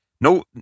no